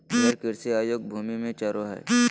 भेड़ कृषि अयोग्य भूमि में चरो हइ